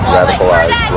radicalized